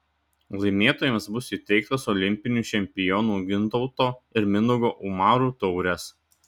laimėtojams bus įteiktos olimpinių čempionų gintauto ir mindaugo umarų taurės